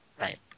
Right